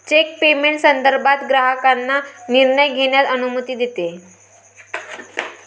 check payment संदर्भात ग्राहकांना निर्णय घेण्यास अनुमती देते